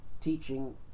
teaching